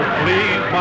please